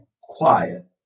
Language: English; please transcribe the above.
quiet